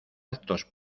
actos